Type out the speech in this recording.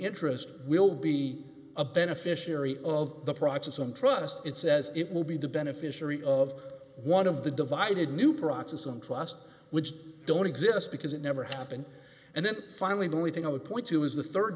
interest will be a beneficiary of the process and trust it says it will be the beneficiary of one of the divided new proxies on trust which don't exist because it never happened and then finally the only thing i would point to is the